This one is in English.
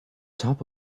top